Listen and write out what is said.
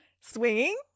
swinging